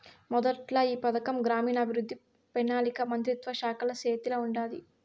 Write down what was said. మొదట్ల ఈ పథకం గ్రామీణాభవృద్ధి, పెనాలికా మంత్రిత్వ శాఖల సేతిల ఉండాది